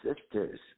sisters